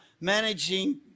managing